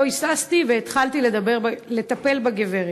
לא היססתי והתחלתי לטפל בגברת.